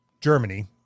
Germany